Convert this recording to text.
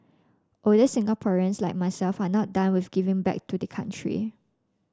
older Singaporeans like myself are not done with giving back to the country